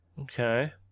Okay